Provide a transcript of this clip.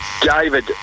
David